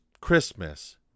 Christmas